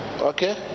Okay